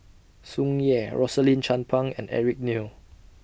Tsung Yeh Rosaline Chan Pang and Eric Neo